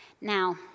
Now